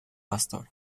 pastor